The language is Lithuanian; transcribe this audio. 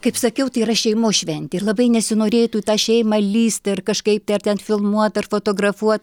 kaip sakiau tai yra šeimos šventė ir labai nesinorėtų į tą šeimą lįst ir kažkaip tai ar ten filmuot ar fotografuot